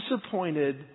disappointed